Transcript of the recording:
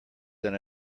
than